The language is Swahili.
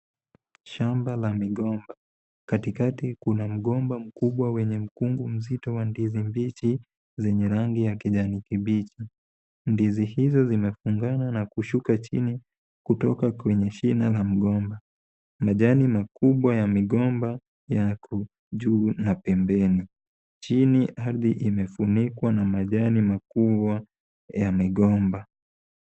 Shamba la migomba , katikati Kuna mgomba mkubwa wenye mkungu mzito wa ndizi mbichi zenye rangi ya kijani kibichi. Ndizi hizo zimefungana na kushuka chini kutoka kwenye shina la mgomba , majani makubwa ya migomba yako juu na pembeni. Chini ardhi imefunikwa na majani makubwa ya migomba .